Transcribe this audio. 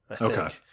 Okay